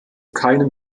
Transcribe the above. keinem